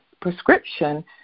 prescription